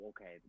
okay